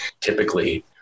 typically